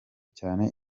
cyane